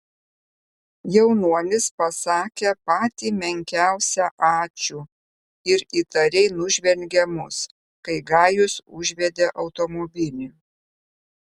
jaunuolis pasakė patį menkiausią ačiū ir įtariai nužvelgė mus kai gajus užvedė automobilį